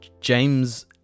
James